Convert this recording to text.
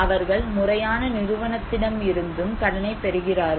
அவர்கள் முறையான நிறுவனத்திடமிருந்தும் கடனைப் பெறுகிறார்கள்